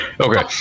Okay